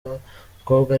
umukobwa